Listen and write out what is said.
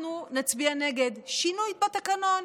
אנחנו נצביע נגד שינוי בתקנון,